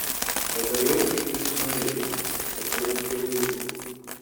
padariau kaip jis norėjo tapau chirurgu